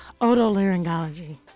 Otolaryngology